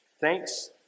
Thanks